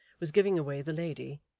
was giving away the lady,